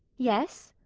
yes.